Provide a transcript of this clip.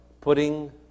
putting